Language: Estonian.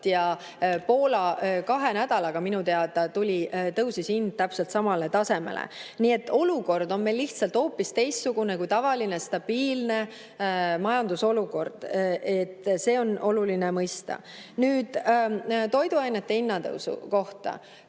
teada kahe nädalaga tõusis hind täpselt samale tasemele. Nii et olukord on meil lihtsalt hoopis teistsugune kui tavaline stabiilne majandusolukord. Seda on oluline mõista. Nüüd toiduainete hinna tõusu kohta.